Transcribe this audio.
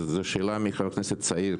השאלה היא של חבר כנסת צעיר.